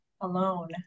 alone